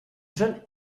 john